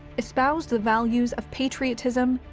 espoused the values of patriotism,